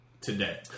today